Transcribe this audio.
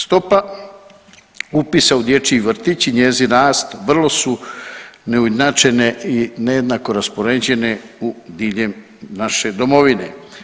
Stopa upisa u dječji vrtić i njezin rast vrlo su neujednačene i nejednako raspoređene diljem naše domovine.